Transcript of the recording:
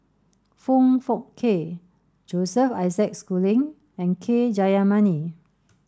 Foong Fook Kay Joseph Isaac Schooling and K Jayamani